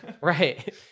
right